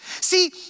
See